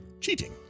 cheating